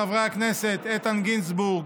חברי הכנסת איתן גינזבורג,